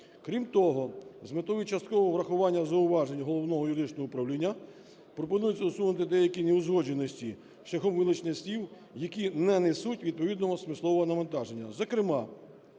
Крім того, з метою часткового врахування зауважень Головного юридичного управління пропонується усунути деякі неузгодженості шляхом вилучення слів, які не несуть відповідного смислового навантаження. Зокрема,